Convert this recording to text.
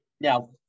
Now